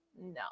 no